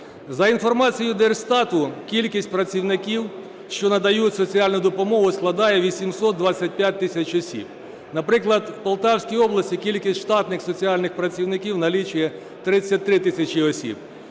За інформацією Держстату кількість працівників, що надають соціальну допомогу, складає 825 тисяч осіб. Наприклад, в Полтавській області кількість штатних соціальних працівників налічує 33 тисячі осіб.